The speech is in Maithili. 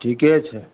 ठीके छै